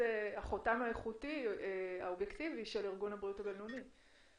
החותם האיכותי האובייקטיבי של ארגון הבריאות העולמי.